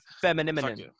feminine